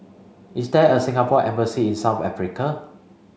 is there a Singapore embassy in South Africa